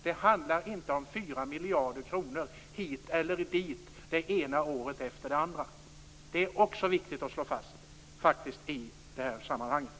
Det handlar inte om 4 miljarder kronor hit eller dit det ena året efter det andra - det är också viktigt att slå fast i det här sammanhanget.